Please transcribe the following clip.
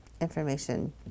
information